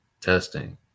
Testing